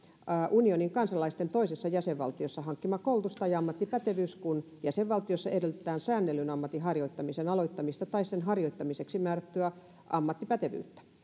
unionin kansalaisten toisessa jäsenvaltiossa hankkima koulutus tai ammattipätevyys kun jäsenvaltiossa edellytetään säännellyn ammatin harjoittamisen aloittamiseksi tai sen harjoittamiseksi määrättyä ammattipätevyyttä